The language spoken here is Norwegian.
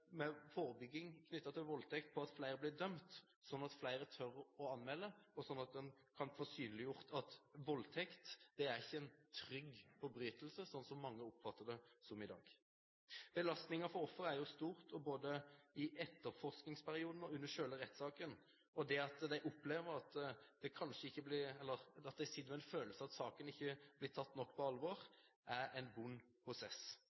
voldtekt, slik at flere blir dømt, slik at flere tør å anmelde, og slik at en kan få synliggjort at voldtekt ikke er en «trygg» forbrytelse, slik som mange oppfatter det som i dag. Belastningen for offeret er stor. Både i etterforskningsperioden og under selve rettssaken kan de bli sittende med en følelse av at saken ikke blir tatt nok på alvor, og det er en vond prosess. Jeg ser at